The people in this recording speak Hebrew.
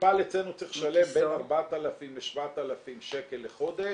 מטופל אצלנו צריך לשלם בין 4,000 ל-7,000 שקל לחודש.